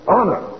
Honor